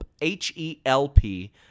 H-E-L-P